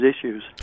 issues